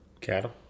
Cattle